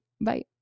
Bye